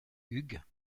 hughes